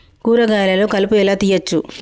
కూరగాయలలో కలుపు ఎలా తీయచ్చు?